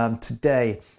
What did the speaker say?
Today